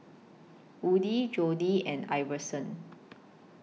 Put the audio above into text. Woodie Jody and Iverson